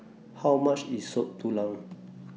How much IS Soup Tulang